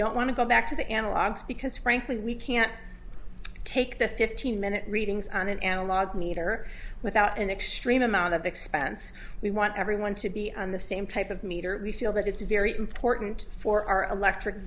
don't want to go back to the analogs because frankly we can't take the fifteen minute readings on an analog meter without an extreme amount of expense we want everyone to be on the same type of meter we feel that it's very important for our electric